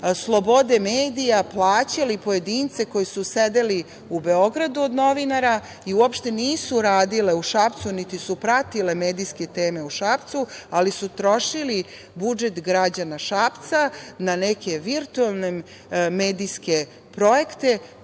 „slobode medija“, plaćali pojedince koji su sedeli u Beogradu od novinara i uopšte nisu radili u Šapcu niti su pratili medijske teme u Šapcu, ali su trošili budžet građana Šapca na neke virtuelne medijske projekte,